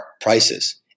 prices